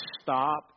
stop